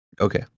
Okay